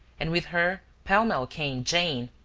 and with her, pell-mell came jane,